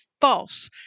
false